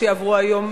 שיעברו היום,